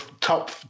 top